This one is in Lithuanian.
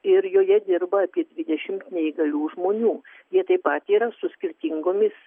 ir joje dirba apie dvidešimt neįgalių žmonių jie taip pat yra su skirtingomis